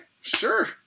sure